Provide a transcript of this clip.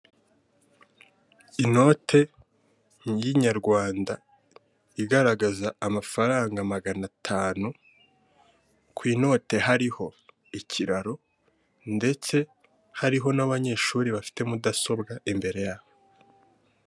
Inote y'inyarwanda igaragaza amafaranga magana atanu, ku inote hariho ikiraro ndetse hariho n'abanyeshuri bafite mudasobwa imbere yabo.